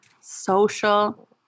Social